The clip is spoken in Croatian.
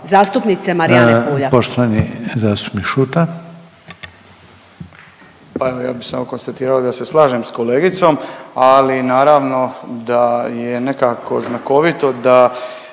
zastupnik Šuta. **Šuta, Tomislav (HDZ)** Pa ja bi samo konstatirao da se slažem s kolegicom, ali naravno da je nekako znakovito da